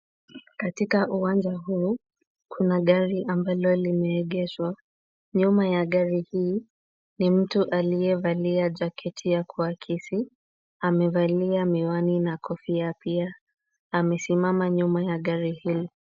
Katika uwanja huu, kuna gari ambalo limeegeshwa. Nyuma ya gari hii, ni mtu aliyevalia jaketi ya kuakisi. Amevalia miwani na kofia pia. Amesimama nyuma ya gari hili.